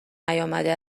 نیامده